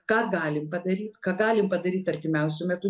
ką galim padaryt ką galim padaryt artimiausiu metu